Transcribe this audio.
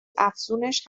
افزونش